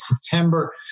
September